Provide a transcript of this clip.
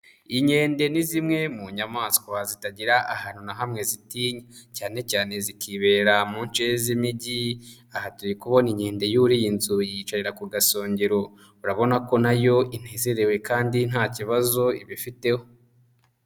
Inkende ni zimwe mu nyamaswa zitagira ahantu na hamwe zitinya, cyane cyane zikibera mu nce z'imigi, aha turi kubona inkede yuriye inzu yiyicarira ku gasongero, urabona ko nayo inezerewe kandi nta kibazo ibifiteho.